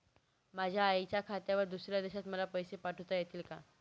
माझ्या आईच्या खात्यावर दुसऱ्या देशात मला पैसे पाठविता येतील का?